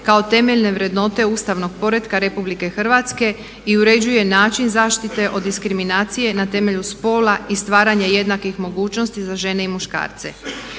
kao temeljne vrednote ustavnog poretka RH i uređuje način zaštite od diskriminacije na temelju spola i stvaranja jednakih mogućnosti za žene i muškarce.